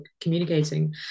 communicating